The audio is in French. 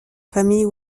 famille